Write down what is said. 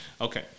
Okay